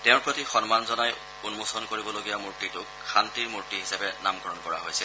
তেওঁৰ প্ৰতি সন্মান জনাই উন্মোচন কৰিবলগীয়া মূৰ্তিটোক শান্তিৰ মূৰ্তি হিচাপে নামকৰণ কৰা হৈছে